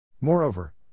Moreover